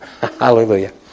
Hallelujah